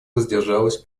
воздержалась